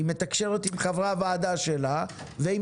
היא מתקשרת עם חברי הוועדה שלה ועם